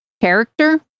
character